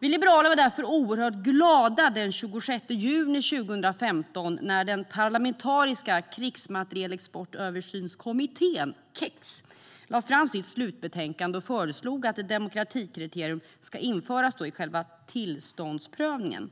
Vi liberaler var därför oerhört glada den 26 juni 2015 när den parlamentariska Krigsmaterielexportöversynskommittén, KEX, lade fram sitt slutbetänkande och föreslog att ett demokratikriterium ska införas i själva tillståndsprövningen.